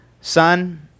Son